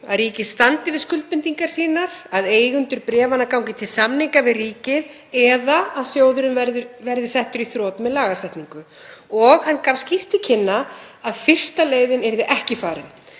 að ríkið standi við skuldbindingar sínar, að eigendur bréfanna gangi til samninga við ríkið eða að sjóðurinn verði settur í þrot með lagasetningu. Hann gaf skýrt til kynna að fyrsta leiðin yrði ekki farin.